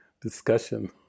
discussion